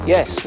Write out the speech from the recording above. Yes